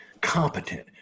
competent